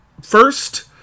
First